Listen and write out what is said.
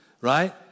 Right